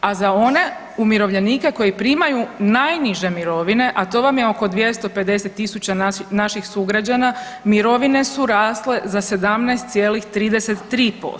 A za one umirovljenike koji primaju najniže mirovine, a to vam je oko 250.000 naših sugrađana mirovine su rasle za 17,33%